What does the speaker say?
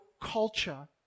culture